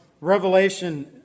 Revelation